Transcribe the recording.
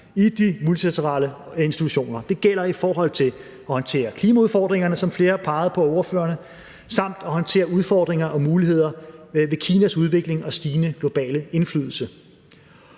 i de multilaterale institutioner. Det gælder i forhold til at håndtere klimaudfordringerne, som flere af ordførerne har peget på, samt at håndtere udfordringer og muligheder ved Kinas udvikling og stigende globale indflydelse.